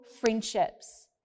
friendships